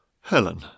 Helen